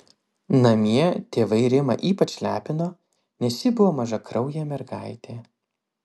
namie tėvai rimą ypač lepino nes ji buvo mažakraujė mergaitė